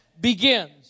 begins